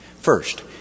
First